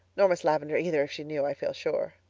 nor miss lavendar either if she knew, i feel sure.